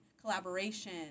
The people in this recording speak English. collaboration